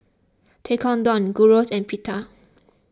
Tekkadon Gyros and Pita